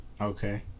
Okay